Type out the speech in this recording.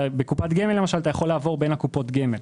בקופת גמל למשל אתה יכול לעבור בין קופות הגמל.